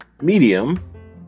Medium